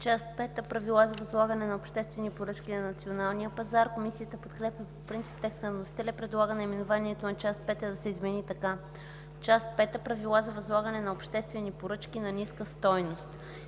пета – „Правила за възлагане на обществени поръчки на националния пазар”. Комисията подкрепя по принцип текста на вносителя и предлага наименованието на Част пета да се измени така: „Част пета – Правила за възлагане на обществени поръчки на ниска стойност”.